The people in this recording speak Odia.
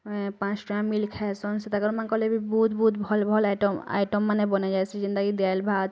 ଉଁ ପାଞ୍ଚ ଟଙ୍କା ମିଲ୍ ଖାଇସନ୍ ବହୁତ ବହୁତ ଭଲ ଭଲ ଆଇଟମ୍ ଆଇଟମ୍ ମାନେ ବନାଯାସି ଯେନ୍ତା କି ଡେଲ୍ ଭାତ